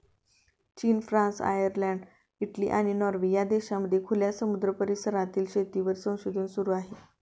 चीन, France, Ireland, Italy, आणि Norway या देशांमध्ये खुल्या समुद्र परिसरातील शेतीवर संशोधन सुरू आहे